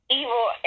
evil